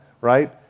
right